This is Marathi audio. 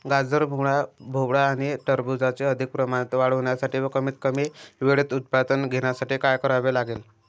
गाजर, मुळा, भोपळा आणि टरबूजाची अधिक प्रमाणात वाढ होण्यासाठी व कमीत कमी वेळेत उत्पादन घेण्यासाठी काय करावे लागेल?